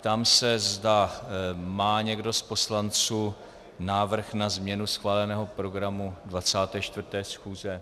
Ptám se, zda má někdo z poslanců návrh na změnu schváleného programu 24. schůze?